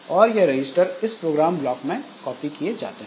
और यह रजिस्टर इस प्रोग्राम ब्लॉक में कॉपी किए जाते हैं